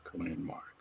landmark